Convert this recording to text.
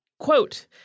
Quote